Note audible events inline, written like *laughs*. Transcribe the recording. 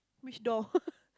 which door *laughs*